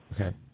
Okay